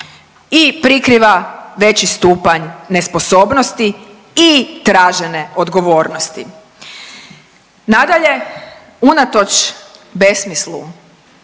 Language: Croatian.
i prikriva veći stupanj nesposobnosti i tražene odgovornosti. Nadalje, unatoč besmislu